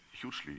hugely